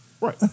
Right